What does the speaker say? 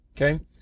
Okay